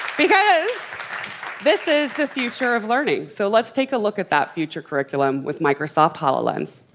because this is the future of learning. so, let's take a look at that future curriculum with microsoft hololens.